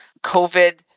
covid